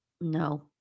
no